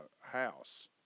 house